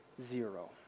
zero